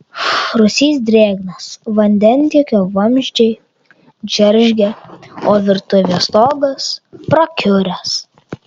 rūsys drėgnas vandentiekio vamzdžiai džeržgia o virtuvės stogas prakiuręs